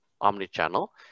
omni-channel